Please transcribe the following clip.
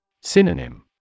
Synonym